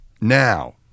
Now